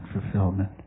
fulfillment